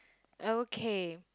okay